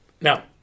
now